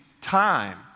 time